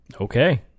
Okay